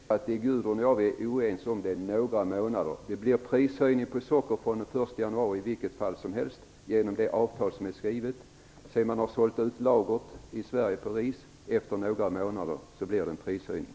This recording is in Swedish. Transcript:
Fru talman! Vi kan bara konstatera att det som Gudrun Lindvall och jag är oense om handlar om några månader. Det blir en prishöjning på socker den 1 januari i vilket fall som helst, genom det avtal som är skrivet. Efter några månader, när man har sålt slut lagret av ris i Sverige, blir det en prishöjning.